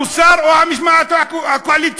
המוסר או המשמעת הקואליציונית?